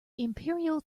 imperial